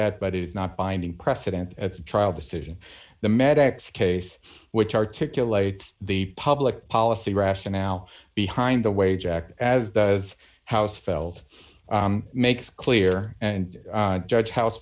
at but it is not binding precedent at the trial decision the medics case which articulate the public policy rationale behind the wage act as does house felt makes clear and judge ho